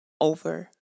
over